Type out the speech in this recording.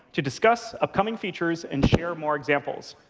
to discuss upcoming features and share more examples.